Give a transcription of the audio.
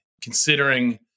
considering –